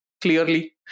clearly